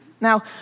Now